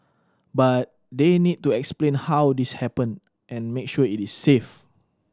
but they need to explain how this happened and make sure it is safe